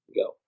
go